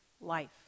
life